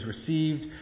received